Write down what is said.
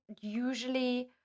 usually